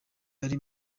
ari